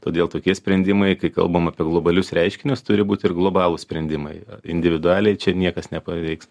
todėl tokie sprendimai kai kalbam apie globalius reiškinius turi būt ir globalūs sprendimai individualiai čia niekas nepaveiks